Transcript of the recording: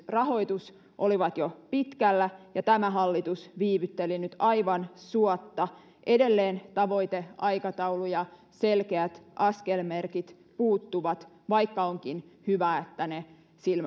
rahoitus olivat jo pitkällä ja tämä hallitus viivytteli nyt aivan suotta edelleen tavoiteaikataulu ja selkeät askelmerkit puuttuvat vaikka onkin hyvä että ne